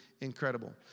incredible